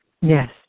Yes